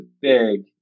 big